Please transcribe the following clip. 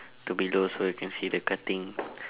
to below so you can see the cutting